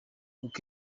uko